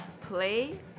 play